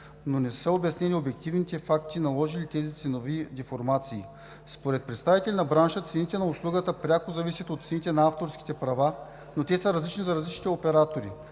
но не са обяснени обективните факти, наложили тези ценови деформации. Според представители на бранша цените на услугата пряко зависят от цените на авторските права, но те са различни за различните оператори,